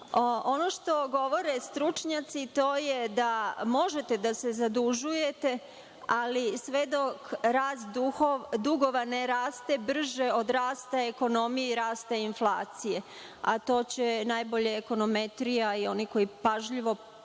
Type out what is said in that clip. što govore stručnjaci jeste da možete da se zadužujete, ali sve dok rast dugova ne raste brže od rasta ekonomije i rasta inflacije, a to će najbolje ekonometrija i oni koji pažljivo prate